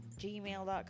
gmail.com